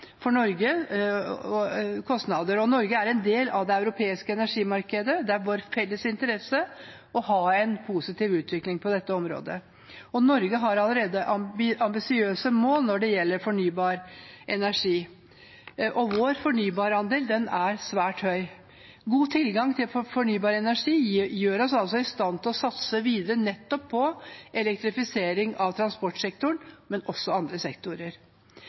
kostnader. Norge er en del av det europeiske energimarkedet, og det er i vår felles interesse å ha en positiv utvikling på dette området. Norge har allerede ambisiøse mål når det gjelder fornybar energi, og vår fornybarandel er svært høy. God tilgang på fornybar energi gjør oss i stand til å satse videre på elektrifisering av transportsektoren, og også andre sektorer.